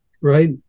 right